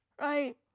Right